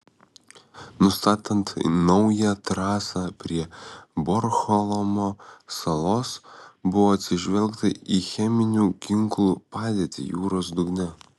nustatant naują trasą prie bornholmo salos buvo atsižvelgta į cheminių ginklų padėtį jūros dugne